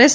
S